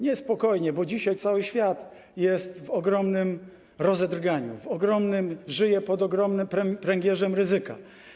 Nie spokojnie, bo dzisiaj cały świat jest w ogromnym rozedrganiu, żyje pod ogromnym pręgierzem ryzyka.